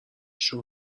شون